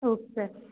okay sir